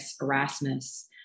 Erasmus